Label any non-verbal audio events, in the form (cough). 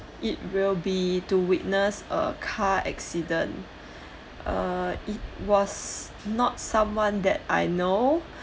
it will be to witness a car accident (breath) err it was not someone that I know